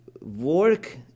work